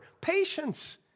Patience